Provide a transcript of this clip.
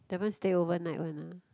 that one stay overnight one uh